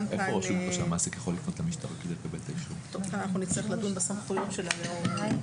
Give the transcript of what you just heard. גם כאן נצטרך לדון בסמכויות שלה.